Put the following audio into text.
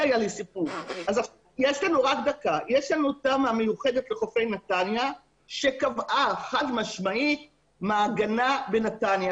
יש לנו תמ"א מיוחדת לחופי נתניה שקבעה חד משמעית מעגנה בנתניה.